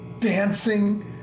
dancing